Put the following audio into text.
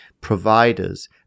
providers